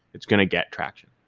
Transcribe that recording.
it's going to get traction.